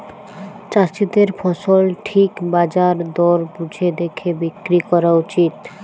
চাষীদের ফসল ঠিক বাজার দর বুঝে দ্যাখে বিক্রি ক্যরা উচিত